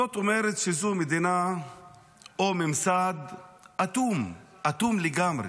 זאת אומרת שזו מדינה או ממסד אטום, אטום לגמרי,